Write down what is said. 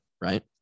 right